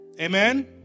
Amen